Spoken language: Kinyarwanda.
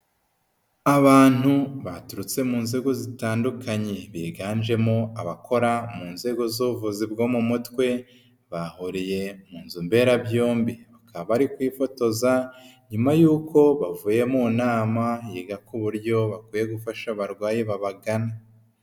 Abantu baturutse mu nzego zitandukanye biganjemo abakora mu nzego z'ubuvuzi bwo mu mutwe, bahuye mu nzu mberabyombi, bakaba bari kwifotoza nyuma yuko bavuye mu nama yiga ku buryo bakwiye gufasha abarwayi babagana.